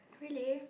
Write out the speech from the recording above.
really